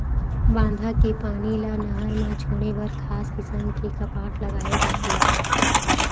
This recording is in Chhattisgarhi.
बांधा के पानी ल नहर म छोड़े बर खास किसम के कपाट लगाए जाथे